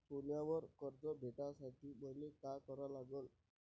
सोन्यावर कर्ज भेटासाठी मले का करा लागन?